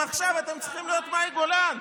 עכשיו אתם צריכים להיות מאי גולן.